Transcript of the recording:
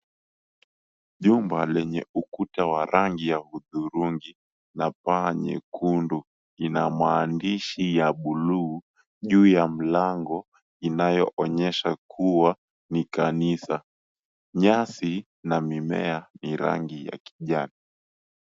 Jumba lenye ukuta wa rangi ya hudhurungi na paa nyekundu ina maandishi ya buluu juu ya mlango inayoonyesha kuwa ni kanisa. Nyasi na mimea ni rangi ya kijani.